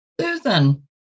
Susan